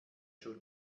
schon